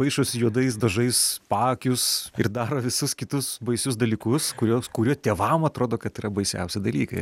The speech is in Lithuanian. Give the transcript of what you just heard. paišosi juodais dažais paakius ir daro visus kitus baisius dalykus kuriuos kurie tėvam atrodo kad yra baisiausi dalykai